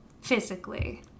physically